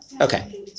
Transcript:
Okay